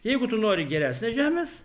jeigu tu nori geresnės žemės